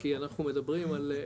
כי אנחנו מדברים על,